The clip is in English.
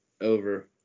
over